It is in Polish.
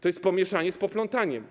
To jest pomieszanie z poplątaniem.